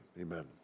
amen